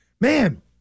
man